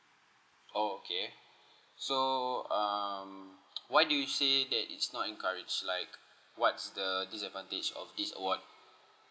oh okay so um why do you say that it's not encouraged like what's the disadvantage of this award